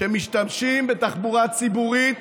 שמשתמשים בתחבורה הציבורית